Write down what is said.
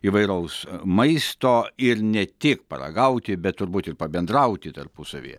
įvairaus maisto ir ne tik paragauti bet turbūt ir pabendrauti tarpusavyje